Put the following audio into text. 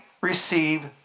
receive